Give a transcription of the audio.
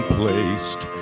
placed